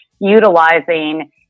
utilizing